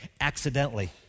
accidentally